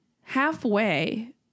halfway